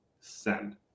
Send